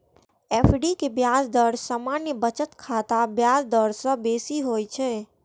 FD के ब्याज दर सामान्य बचत खाताक ब्याज दर सं बेसी होइ छै